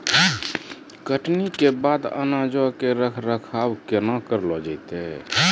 कटनी के बाद अनाजो के रख रखाव केना करलो जैतै?